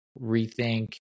rethink